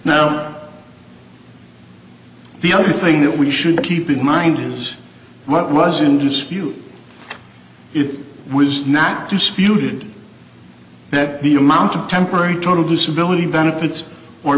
now the other thing that we should keep in mind is what was in dispute it was nap disputed that the amount of temporary total disability benefits or